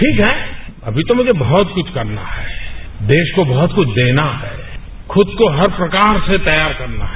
ठीक है अभी तो मुझे बहुत कुछ करना है देश को बहुत कुछ देना है खुद को हर प्रकार से तैयार करना है